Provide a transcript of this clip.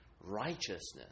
righteousness